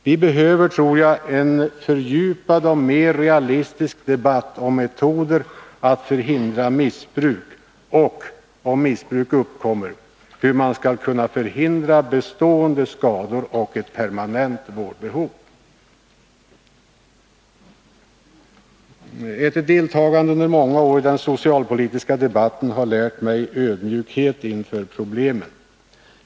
Vi behöver en fördjupad och mer realistisk debatt om metoder att förhindra missbruk och, om missbruk uppkommer, om hur man skall kunna förhindra bestående skador och ett permanent vårdbehov. Ett deltagande under många år i den socialpolitiska debatten har lärt mig ödmjukhet inför problemen.